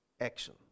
action